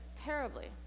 terribly